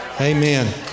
Amen